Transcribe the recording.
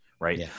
right